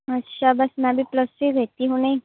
ਅੱਛਾ ਬਸ ਮੈਂ ਵੀ ਪਲੱਸ ਟੂ ਕੀਤੀ ਹੁਣੀ